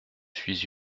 suis